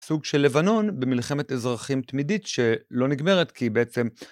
סוג של לבנון במלחמת אזרחים תמידית שלא נגמרת כי בעצם...